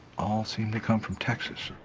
all seem to come from texas.